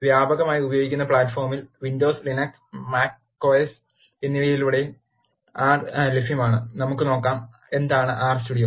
വ്യാപകമായി ഉപയോഗിക്കുന്ന പ്ലാറ്റ്ഫോമുകൾ വിൻഡോസ്ലിനക്സ് മാക് ഓയെസ് windowslinuxMacOS എന്നിവയിലുടനീളം R ലഭ്യമാണ് നമുക്ക് നോക്കാം എന്താണ് ആർ സ്റ്റുഡിയോ